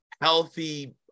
healthy